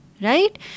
right